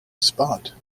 spot